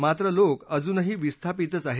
मात्र लोक अजून विस्थापितच आहेत